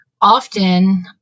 often